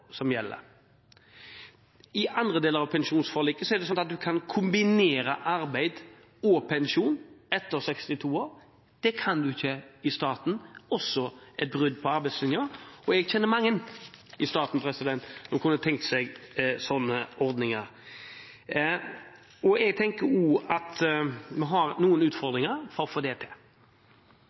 som gjelder. I andre deler av pensjonsforliket er det sånn at du kan kombinere arbeid og pensjon etter 62 år. Det kan du ikke i staten – også et brudd på arbeidslinjen. Jeg kjenner mange i staten som kunne tenke seg sånne ordninger. Jeg tenker også at vi har noen utfordringer med å få til det.